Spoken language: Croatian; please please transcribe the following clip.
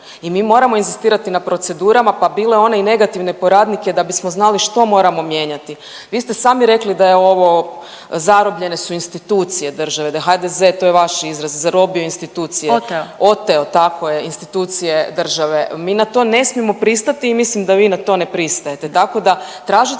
i mi moramo inzistirati na procedurama, pa bile one i negativne po radnike da bismo znali što moramo mijenjati. Vi ste sami rekli da je ovo, zarobljene su institucije države, da je HDZ, to je vaš izraz, zarobio institucije…/Upadica: Oteo/…oteo, tako je, institucije države. Mi na to ne smijemo pristati i mislim da vi na to ne pristajete, tako da tražit